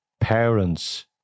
Parents